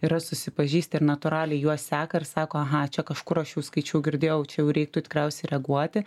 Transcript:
yra susipažįsti ir natūraliai juos seka ir sako aha čia kažkur aš jau skaičiau girdėjau čia jau reiktų tikriausiai reaguoti